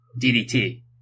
DDT